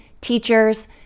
teachers